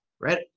right